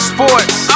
Sports